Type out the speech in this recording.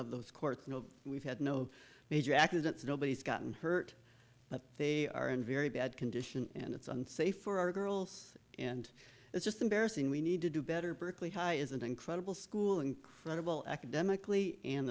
of the court we've had no major accidents nobody's gotten hurt but they are in very bad condition and it's unsafe for our girls and it's just embarrassing we need to do better berkeley high is an incredible school incredible academically and